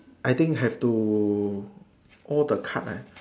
I think have to all the card ah